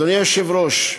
אדוני היושב-ראש,